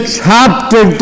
chapter